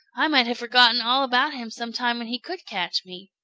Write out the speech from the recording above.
i might have forgotten all about him some time when he could catch me.